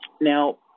now